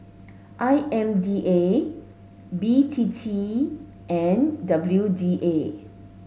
I M D A B T T and W D A